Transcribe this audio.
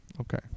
Okay